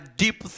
deep